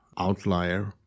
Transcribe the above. outlier